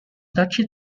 duchy